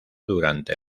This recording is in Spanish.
durante